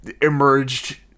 emerged—